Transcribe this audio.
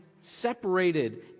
separated